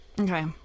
Okay